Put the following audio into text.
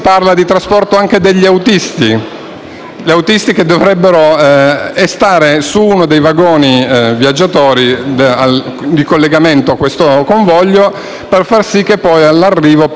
autisti, che dovrebbero stare su uno dei vagoni viaggiatori di collegamento a questo convoglio, per far sì che all'arrivo possano ripartire automaticamente.